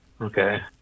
Okay